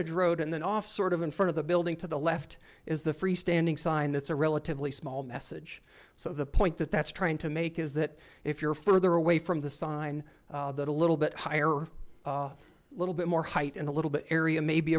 edge road and then off sort of in front of the building to the left is the free standing sign that's a relatively small message so the point that that's trying to make is that if you're further away from the sign that a little bit higher a little bit more height and a little bit area may be